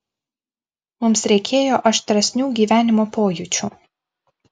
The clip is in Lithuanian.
mums reikėjo aštresnių gyvenimo pojūčių